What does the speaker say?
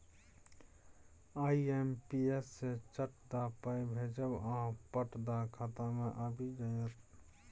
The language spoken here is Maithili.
आई.एम.पी.एस सँ चट दअ पाय भेजब आ पट दअ खाता मे आबि जाएत